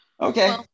okay